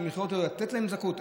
לתת להם זכאות.